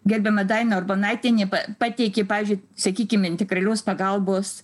gerbiama daina urbonaitienė pateikė pavyzdžiui sakykim integralios pagalbos